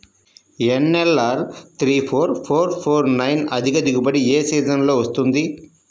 NLR three four four four nine అధిక దిగుబడి ఏ సీజన్లలో వస్తుంది?